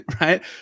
right